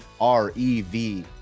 R-E-V